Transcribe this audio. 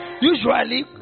Usually